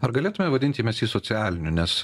ar galėtume vadinti mes jį socialiniu nes